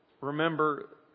remember